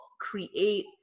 create